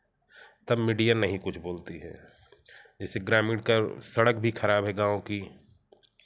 तब मीडिया नहीं कुछ बोलती है जैसे ग्रामीण का सड़क भी खराब है गाँव की